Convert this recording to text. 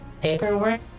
paperwork